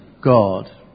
God